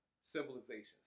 civilizations